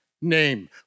name